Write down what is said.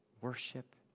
Worship